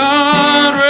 God